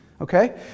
okay